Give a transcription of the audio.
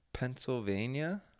Pennsylvania